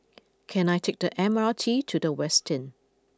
can I take the M R T to The Westin